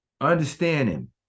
understanding